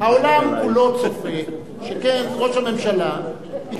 שאלתי שאלה.